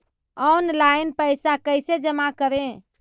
Online पैसा कैसे जमा करे?